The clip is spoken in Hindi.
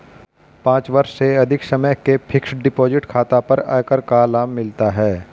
पाँच वर्ष से अधिक समय के फ़िक्स्ड डिपॉज़िट खाता पर आयकर का लाभ मिलता है